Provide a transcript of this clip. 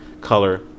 color